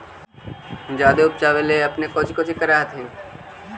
जादे उपजाबे ले अपने कौची कौची कर हखिन?